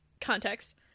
Context